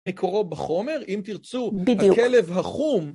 מקורו בחומר, אם תרצו, בדיוק, הכלב החום.